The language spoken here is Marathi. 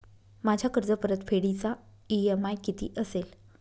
माझ्या कर्जपरतफेडीचा इ.एम.आय किती असेल?